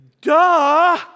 Duh